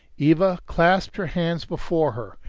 eva clasped her hands before her,